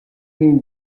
тийм